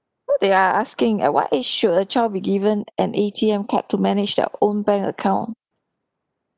what they are asking at what age should a child be given an A_T_M card to manage their own bank account